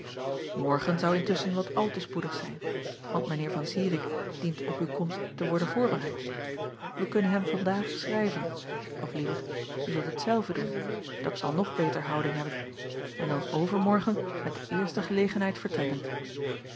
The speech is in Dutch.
morgen zou intusschen wat al te spoedig zijn want mijn eer an irik dient op uw komst te worden voorbereid ij kunnen hem vandaag schrijven of liever je zult het zelve doen dat zal nog beter houding hebben en dan overmorgen met de eerste gelegenheid vertrekken